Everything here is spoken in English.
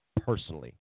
personally